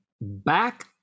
back